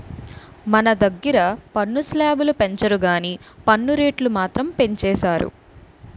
మన దగ్గిర పన్ను స్లేబులు పెంచరు గానీ పన్ను రేట్లు మాత్రం పెంచేసారు